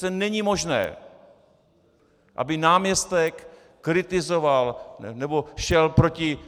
To není možné, aby náměstek kritizoval, nebo šel